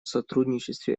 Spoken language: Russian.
сотрудничестве